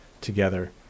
together